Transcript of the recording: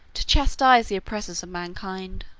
to chastise the oppressors of mankind.